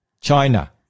China